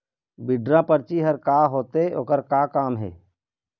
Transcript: Withdraw परची हर का होते, ओकर का काम हे?